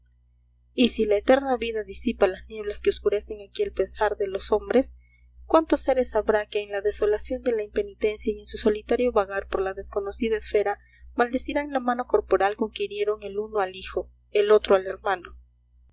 y si la eterna vida disipa las nieblas que oscurecen aquí el pensar de los hombres cuántos seres habrá que en la desolación de la impenitencia y en su solitario vagar por la desconocida esfera maldecirán la mano corporal con que hirieron el uno al hijo el otro al hermano